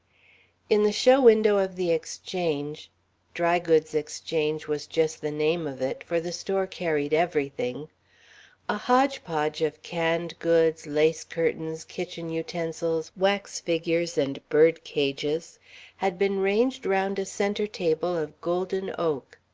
in the show window of the exchange dry goods exchange was just the name of it for the store carried everything a hodgepodge of canned goods, lace curtains, kitchen utensils, wax figures, and bird cages had been ranged round a center table of golden oak.